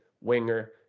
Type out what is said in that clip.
winger